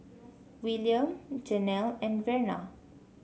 Wiliam Janel and Verna